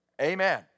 Amen